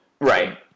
right